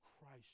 Christ